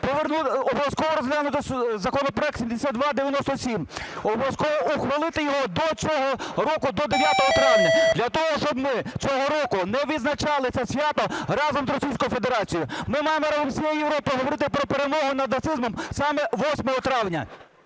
парламент обов'язково розглянути законопроект 7297, обов'язково ухвалити його до цього року до 9 травня, для того, щоб ми цього року не відзначали це свято разом з Російською Федерацією. Ми маємо всією Європою говорити про перемогу над нацизмом саме 8 травня.